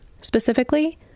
specifically